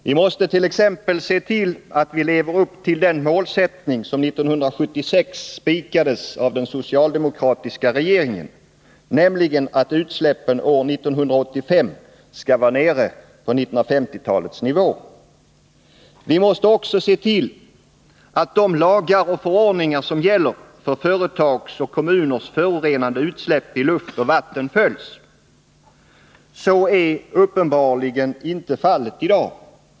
Vi måste t.ex. se till att vi lever upp till den målsättning som 1976 spikades av den socialdemokratiska regeringen, nämligen att utsläppen år 1985 skall vara nere på 1950-talets nivå. Vi måste också se till att de lagar och förordningar som gäller för företags och kommuners förorenande utsläpp i luft och vatten följs. Så är uppenbarligen inte fallet i dag.